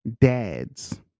Dads